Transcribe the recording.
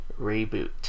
reboot